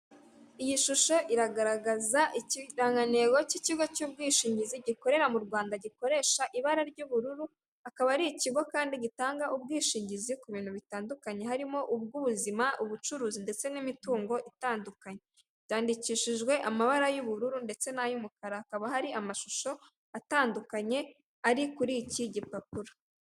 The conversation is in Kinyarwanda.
Iyi shusho iragaragaza ikirangantego cy'ikigo cy'ubwishingizi gikorera mu Rwanda gikoresha ibara ry'ubururu, akaba ari ikigo kandi gitanga ubwishingizi ku bintu bitandukanye harimo ubw'ubuzima, ubucuruzi ndetse n'imitungo itandukanye, byandikishijwe amabara y'ubururu ndetse n'ayo umukara, hakaba hari amashusho atandukanye ari kuri iki gipapuro.